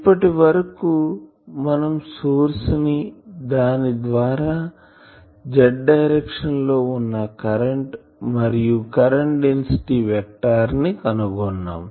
ఇప్పటివరకు మనం సోర్స్ ని దాని ద్వారా Z డైరెక్షన్ లో వున్న కరెంటు మరియు కరెంటు డెన్సిటీ వెక్టార్ ని కనుగొన్నాం